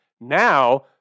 Now